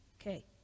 Okay